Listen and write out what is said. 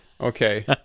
Okay